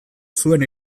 zuen